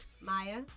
Maya